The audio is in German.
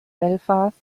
belfast